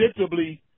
predictably